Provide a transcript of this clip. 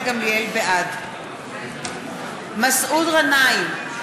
בעד מסעוד גנאים,